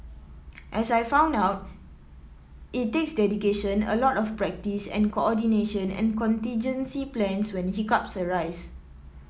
as I found out it takes dedication a lot of practice and coordination and contingency plans when hiccups arise